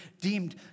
deemed